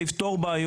אז יש יתרון.